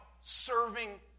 serving